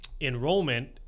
enrollment